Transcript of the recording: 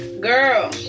girl